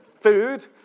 food